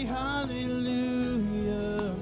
hallelujah